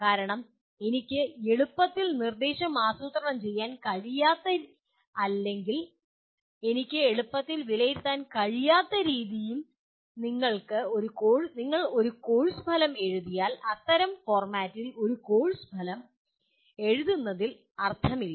കാരണം എനിക്ക് എളുപ്പത്തിൽ നിർദ്ദേശം ആസൂത്രണം ചെയ്യാൻ കഴിയാത്ത അല്ലെങ്കിൽ എനിക്ക് എളുപ്പത്തിൽ വിലയിരുത്താൻ കഴിയാത്ത രീതിയിൽ നിങ്ങൾ ഒരു കോഴ്സ് ഫലം എഴുതിയാൽ അത്തരം ഫോർമാറ്റിൽ ഒരു കോഴ്സ് ഫലം എഴുതുന്നതിൽ അർത്ഥമില്ല